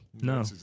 No